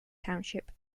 township